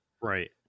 Right